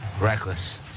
Reckless